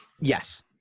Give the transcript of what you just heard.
Yes